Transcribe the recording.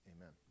amen